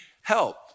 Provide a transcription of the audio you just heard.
help